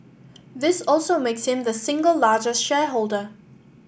this also makes him the single largest shareholder